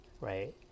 right